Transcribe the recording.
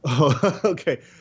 Okay